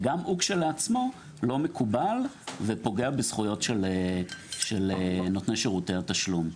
וגם הוא כשלעצמו לא מקובל ופוגע בזכויות של נותני שירותי תשלום.